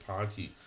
Party 。